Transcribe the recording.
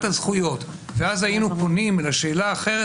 הזכויות ואז היינו פונים לשאלה האחרת,